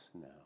now